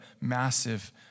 massive